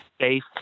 safe